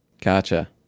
Gotcha